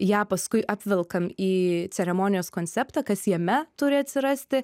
ją paskui apvelkam į ceremonijos konceptą kas jame turi atsirasti